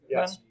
Yes